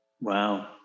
Wow